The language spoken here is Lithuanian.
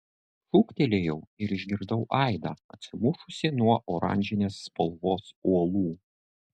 šūktelėjau ir išgirdau aidą atsimušusį nuo oranžinės spalvos uolų